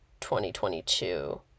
2022